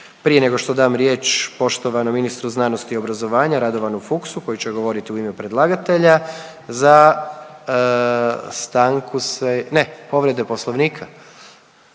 Prije nego što dam riječ poštovanom ministru znanosti i obrazovanja Radovanu Fuchsu koji će govoriti u ime predlagatelja za stanku se, ne povrede Poslovnika.